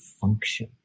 function